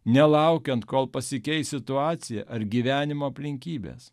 nelaukiant kol pasikeis situacija ar gyvenimo aplinkybės